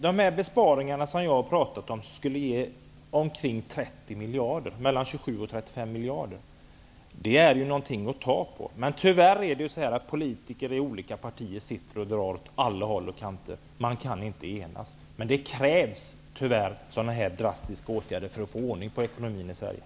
De besparingar som jag har talat om skulle ge 27-- 35 miljarder, och det är något att ta fasta på. Tyvärr drar politiker från olika partier åt alla håll. Man kan inte enas. Tyvärr krävs det så drastiska åtgärder som jag talat om för att vi skall få ordning på